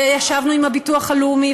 וישבנו עם הביטוח הלאומי,